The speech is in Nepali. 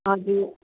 हजुर